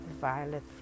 violet